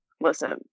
Listen